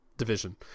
division